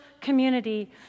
community